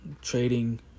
trading